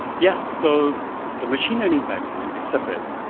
yeah, so the machine learning pipeline is separate.